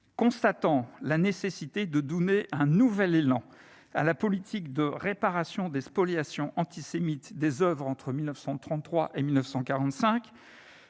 Constatant la nécessité de donner un nouvel élan à la politique de réparation des spoliations antisémites des oeuvres entre 1933 et 1945,